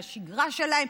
מהשגרה שלהם,